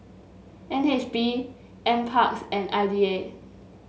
N H B NParks and I D A